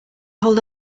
hold